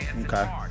Okay